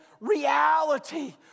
reality